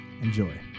Enjoy